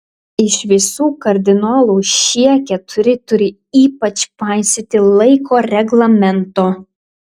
iš visų kardinolų šie keturi turi ypač paisyti laiko reglamento